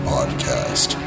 Podcast